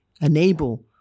enable